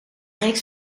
reeks